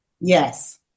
Yes